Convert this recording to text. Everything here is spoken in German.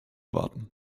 warten